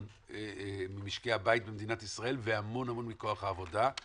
ממשקי בית והמון המון מכוח העבודה.